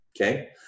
Okay